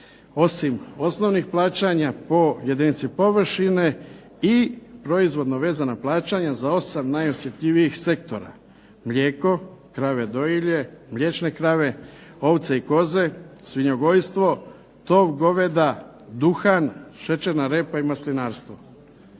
osim osnovnih plaćanja po jedinici površine i proizvodno vezana plaćanja za 8 najosjetljivijih sektora – mlijeko, krave dojilje, mliječne krave, ovce i koze, svinjogojstvo, tov goveda, duhan, šećerna repa i maslinarstvo.